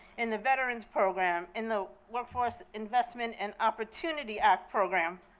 in the veterans program, in the workforce investment and opportunity act program.